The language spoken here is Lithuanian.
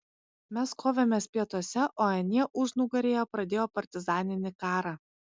mes kovėmės pietuose o anie užnugaryje pradėjo partizaninį karą